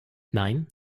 nein